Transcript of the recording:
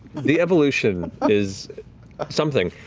the evolution is something.